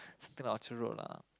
something like Orchard-Road lah